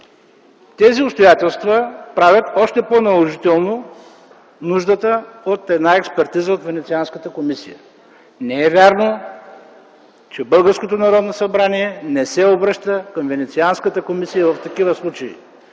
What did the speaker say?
Тези обстоятелства правят още по-наложителна нуждата от една експертиза от Венецианската комисия. Не е вярно, че българското Народно събрание не се обръща към Венецианската комисия в такива случаи.